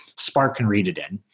spark can read it in.